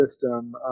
system